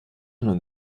nun